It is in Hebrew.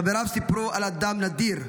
חבריו סיפרו על אדם נדיר,